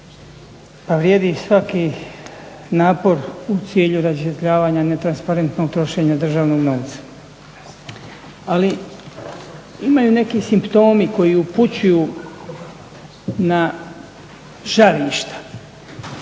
vrijedi svaki napor u cilju rasvjetljavanja netransparentnog trošenja državnog novca. Ali, imaju neki simptomi koji upućuju na žarišta.